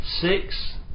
six